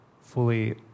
fully